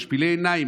משפילי העיניים,